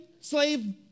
slave